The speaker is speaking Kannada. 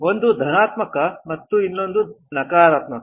ಒಂದು ಧನಾತ್ಮಕ ಮತ್ತು ಇನ್ನೊಂದು ನಕಾರಾತ್ಮಕ